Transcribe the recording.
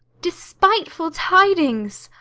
despiteful tidings!